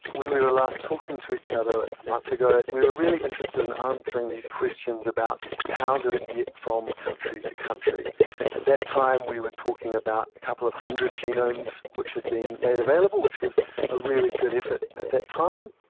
when we were last talking to each other a month ago we were really interested in answering these questions about how did it get from country to country. at that time we were talking about a couple of hundred genomes which had been made available, which was a really good effort at that time.